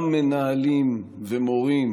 גם מנהלים ומורים